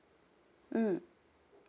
mm